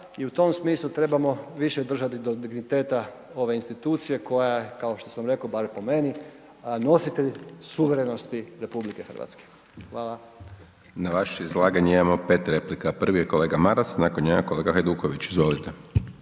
i u tom smislu trebamo više držati do digniteta ove institucije koja je, kao što sam rekao bar po meni, nositelj suverenosti RH. Hvala. **Hajdaš Dončić, Siniša (SDP)** Na vaše izlaganje imamo 5 replika. Prvi je kolega Maras, nakon njega kolega Hajduković, izvolite.